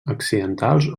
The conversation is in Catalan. accidentals